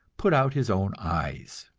put out his own eyes.